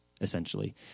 essentially